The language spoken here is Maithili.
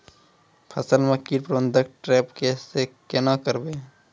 फसल म कीट प्रबंधन ट्रेप से केना करबै?